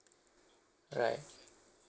right